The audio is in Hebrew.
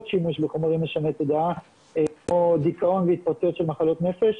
שימוש בחומרים משני תודעה כמו דיכאון מתפתח של מחלות נפש.